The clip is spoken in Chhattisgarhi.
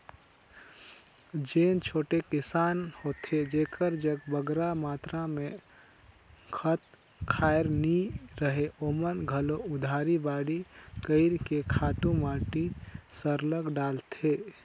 जेन छोटे किसान होथे जेकर जग बगरा मातरा में खंत खाएर नी रहें ओमन घलो उधारी बाड़ही कइर के खातू माटी सरलग डालथें